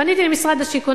פניתי למשרד השיכון,